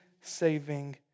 saving